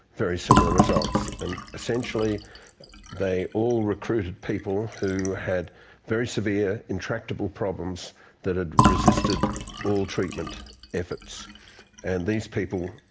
very similar results, and essentially they all recruited people who had very severe intractable problems that had resisted all treatment efforts, and these people,